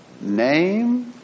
name